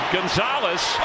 Gonzalez